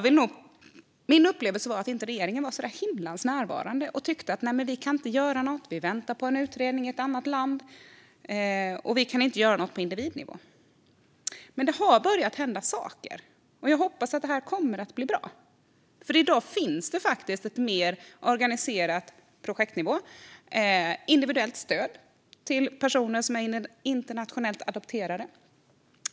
Min upplevelse var att regeringen inte var sådär himla närvarande utan tyckte: Nej, vi kan inte göra något, för vi väntar på en utredning i ett annat land och kan inte göra något på individnivå. Men det har börjat hända saker, och jag hoppas att det här kommer att bli bra. För i dag finns det faktiskt ett mer organiserat individuellt stöd, på projektnivå, till personer som är internationellt adopterade.